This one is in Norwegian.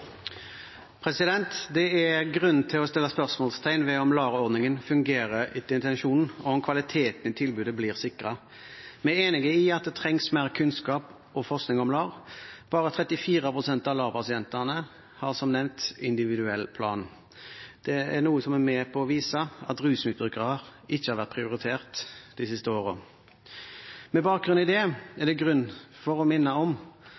Det er grunn til å stille spørsmål ved om LAR-ordningen fungerer etter intensjonen, og om kvaliteten i tilbudet blir sikret. Vi er enig i at det trengs mer kunnskap og forskning om LAR. Bare 34 pst. av LAR-pasientene har, som nevnt, individuell plan. Det er noe som er med på å vise at rusmisbrukere ikke har vært prioritert de siste årene. Med bakgrunn i dette er det grunn til å minne om